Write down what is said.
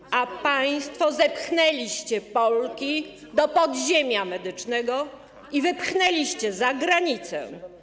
a państwo zepchnęliście Polki do podziemia medycznego i wypchnęliście za granicę.